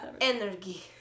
Energy